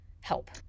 help